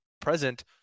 present